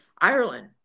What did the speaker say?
Ireland